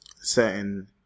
certain